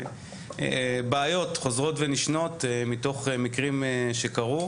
בעיות חוזרות ונשנות מתוך מקרים שקרו.